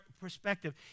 perspective